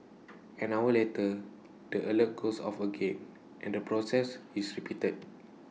an hour later the alert goes off again and the process is repeated